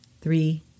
three